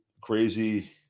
crazy